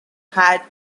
had